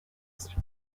used